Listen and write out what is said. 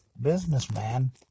businessman